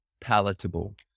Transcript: palatable